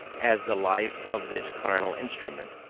as the life of this carnal instrument,